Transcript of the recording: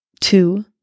two